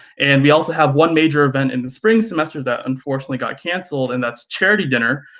and we also have one major event in the spring semester that unfortunately got canceled and that's charity dinner.